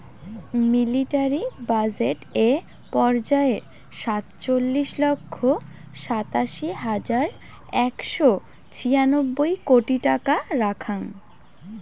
military budget এ পর্যায়ে সাতচল্লিশ লক্ষ সাতাশি হাজার একশো ছিয়ানব্বই কোটি টাকা রাখ্যাং